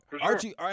Archie